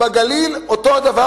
בגליל אותו דבר,